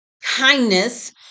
kindness